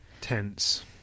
Tense